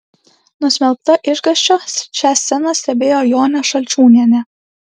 nusmelkta išgąsčio šią sceną stebėjo jonė šalčiūnienė